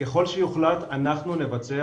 ככל שיוחלט אנחנו נבצע.